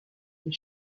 des